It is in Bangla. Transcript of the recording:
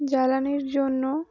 জ্বালানির জন্য